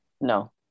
No